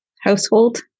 household